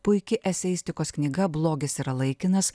puiki eseistikos knyga blogis yra laikinas